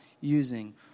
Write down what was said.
using